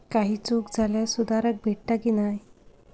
काही चूक झाल्यास सुधारक भेटता की नाय?